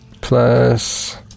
plus